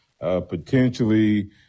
potentially